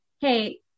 hey